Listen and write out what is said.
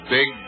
Big